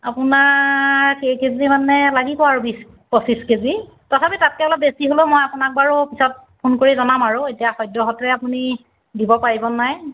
আপোনাক কেই কেজিমানে লাগিব আৰু বিছ পঁচিশ কেজি তথাপি তাতকৈ অলপ বেছি হ'লেও মই আপোনাক বাৰু পিছত ফোন কৰি জনাম আৰু এতিয়া সদ্যহতে আপুনি দিব পাৰিব নাই